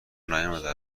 نیامده